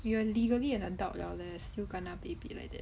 you are legally an adult liao leh still kena baby like that